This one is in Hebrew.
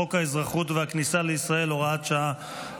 חוק האזרחות והכניסה לישראל (הוראת שעה),